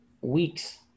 weeks